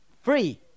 Free